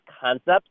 concepts